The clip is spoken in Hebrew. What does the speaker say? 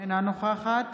אינה נוכחת